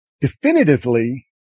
definitively